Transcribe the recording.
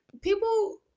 people